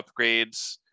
upgrades